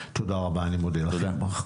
תודה רבה, אני מודה לכם.